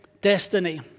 destiny